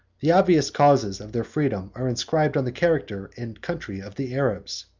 the obvious causes of their freedom are inscribed on the character and country of the arabs.